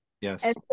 yes